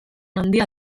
handia